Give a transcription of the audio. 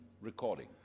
recording